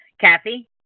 Kathy